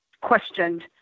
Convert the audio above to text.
questioned